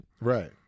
Right